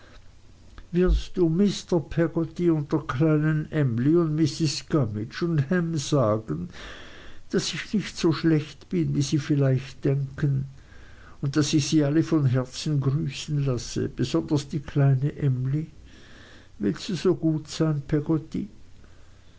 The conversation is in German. wirst du mr peggotty und der kleinen emly und mrs gummidge und ham sagen daß ich nicht so schlecht bin wie sie vielleicht denken und daß ich sie alle von herzen grüßen lasse besonders die kleine emly willst du so gut sein